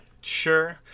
Sure